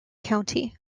county